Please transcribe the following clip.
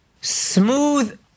smooth